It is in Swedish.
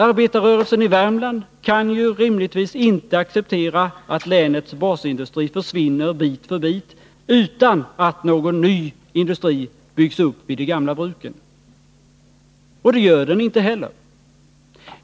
Arbetarrörelsen i Värmland kan ju rimligtvis inte acceptera att länets basindustri försvinner bit för bit utan att någon ny industri byggs upp vid de gamla bruken. Och det gör den inte heller.